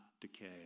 decay